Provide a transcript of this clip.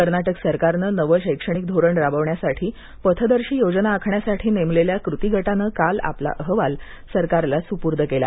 कर्नाटक सरकारनं नवं शैक्षणिक धोरण राबवण्यासाठी पथदर्शी योजना आखण्यासाठी नेमलेल्या कृती गटानं काल आपला अहवाल सरकारला सुपूर्द केला